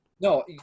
No